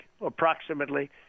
approximately